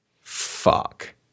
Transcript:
Fuck